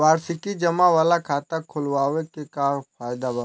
वार्षिकी जमा वाला खाता खोलवावे के का फायदा बा?